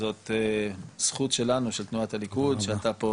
שזאת זכות שלנו של תנועת הליכוד שאתה פה